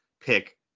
pick